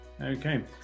Okay